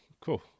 Cool